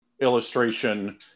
illustration